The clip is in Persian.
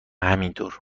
همینطور